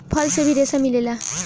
फल से भी रेसा मिलेला